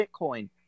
Bitcoin